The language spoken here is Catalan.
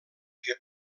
que